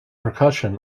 percussion